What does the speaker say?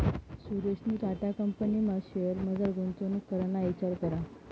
सुरेशनी टाटा कंपनीना शेअर्समझार गुंतवणूक कराना इचार करा